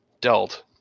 dealt